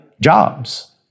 jobs